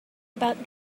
about